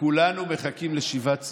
וכולנו מחכים לשיבת ציון,